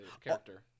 character